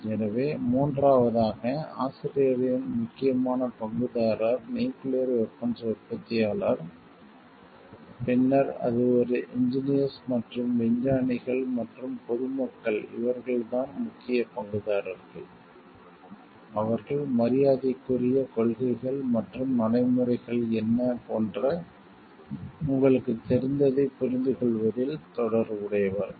எனவே மூன்றாவதாக ஆசிரியரின் முக்கியமான பங்குதாரர் நியூக்கிளியர் வெபன்ஸ் உற்பத்தியாளர் பின்னர் அது ஒரு இன்ஜினியர்ஸ் மற்றும் விஞ்ஞானிகள் மற்றும் பொது மக்கள் இவர்கள்தான் முக்கிய பங்குதாரர்கள் அவர்கள் மரியாதைக்குரிய கொள்கைகள் மற்றும் நடைமுறைகள் என்ன போன்ற உங்களுக்குத் தெரிந்ததைப் புரிந்துகொள்வதில் தொடர்புடையவர்கள்